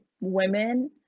women